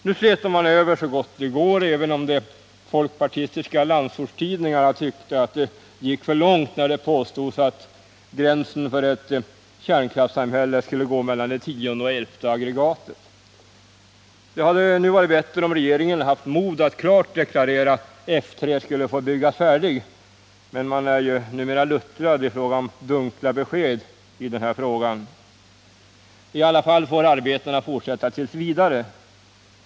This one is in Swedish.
Nu slätar man över så gott det går, även om de folkpartistiska landsortstidningarna tyckte att det gick för långt när det påstods att gränsen för ett kärnkraftssamhälle skulle gå mellan det tionde och elfte aggregatet. Det hade varit bättre om regeringen haft mod att klart deklarera att F 3 skall få byggas färdigt, men man är ju numera luttrad i fråga om dunkla besked i den här frågan. I alla fall får arbetena fortsätta tills vidare.